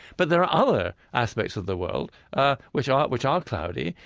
but there are other aspects of the world ah which are which are cloudy,